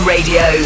Radio